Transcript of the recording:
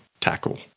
tackle